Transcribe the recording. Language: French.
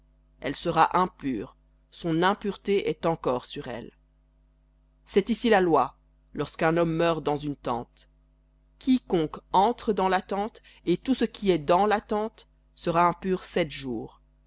elle sera impure son impureté est encore sur elle cest ici la loi lorsqu'un homme meurt dans une tente quiconque entre dans la tente et tout ce qui est dans la tente sera impur sept jours